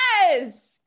yes